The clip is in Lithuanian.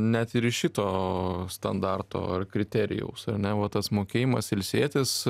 net ir iš šito standarto ar kriterijaus ar ne va tas mokėjimas ilsėtis